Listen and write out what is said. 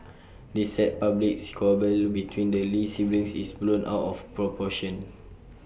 this sad public squabble between the lee siblings is blown out of proportion